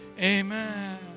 Amen